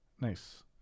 Nice